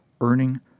earning